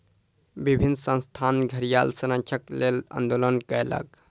विभिन्न संस्थान घड़ियाल संरक्षणक लेल आंदोलन कयलक